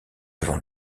devant